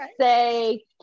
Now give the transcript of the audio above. say